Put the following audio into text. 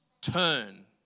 turn